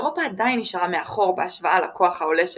אירופה עדיין נשארה מאחור בהשוואה לכוח העולה של